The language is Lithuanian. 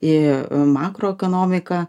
į makroekonomiką